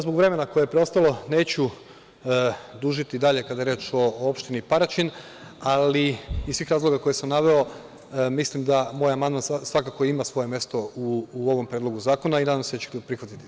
Zbog vremena koje je preostalo, neću dužiti dalje kada je reč o opštini Paraćin, ali iz svih razloga koje sam naveo mislim da moj amandman svakako ima svoje mesto u ovom predlogu zakona i nadam se da ćete ga prihvatiti.